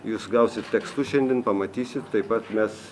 jūs gausit tekstus šiandien pamatysit taip pat mes